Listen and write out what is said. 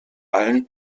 allem